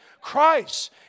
Christ